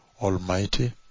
Almighty